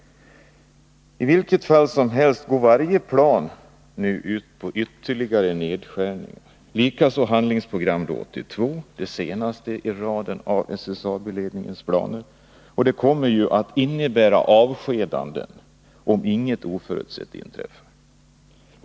I vilket fall som helst går varje plan ut på ytterligare nedskärningar. Likaså Handlingsprogram 82, det senaste i raden av SSAB-ledningens planer. Det kommer ju att innebära avskedanden om inget oförutsett inträffar.